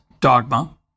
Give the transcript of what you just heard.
dogma